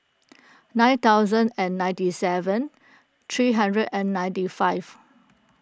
nine thousand and ninety seven three hundred and ninety five